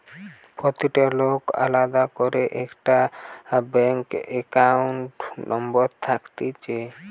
প্রতিটা লোকের আলদা করে একটা ব্যাঙ্ক একাউন্ট নম্বর থাকতিছে